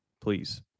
please